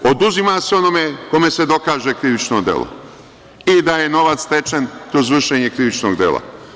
Oduzima se onome kome se dokaže krivično delo i da je novac stečen kroz vršenje krivičnog dela.